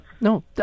no